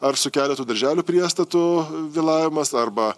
ar su keletu darželių priestatų vėlavimas arba